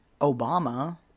Obama